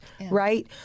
right